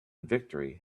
victory